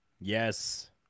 yes